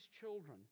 children